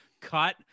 cut